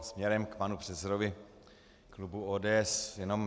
Směrem k panu předsedovi klubu ODS jenom.